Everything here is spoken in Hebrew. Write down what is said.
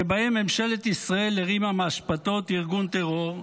שבהם ממשלת ישראל הרימה מאשפתות ארגון טרור,